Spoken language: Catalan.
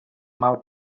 mal